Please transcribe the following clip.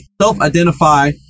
self-identify